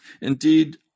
Indeed